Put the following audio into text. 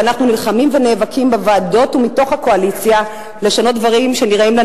ואנחנו נלחמים ונאבקים בוועדות ומתוך הקואליציה לשנות דברים שנראים לנו